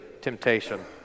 temptation